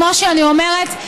כמו שאני אומרת,